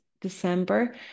December